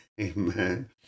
Amen